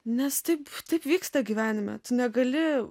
nes taip taip vyksta gyvenime tu negali